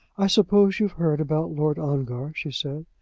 i suppose you've heard about lord ongar, she said.